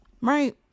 right